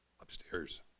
upstairs